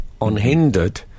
unhindered